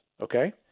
okay